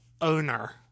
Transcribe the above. owner